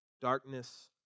darkness